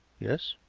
yes?